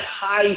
high